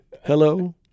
Hello